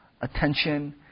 attention